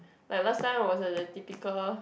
like last time I was the the typical